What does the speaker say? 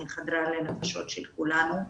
היא חדרה לנפשות של כולנו.